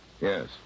Yes